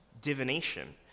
divination